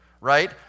right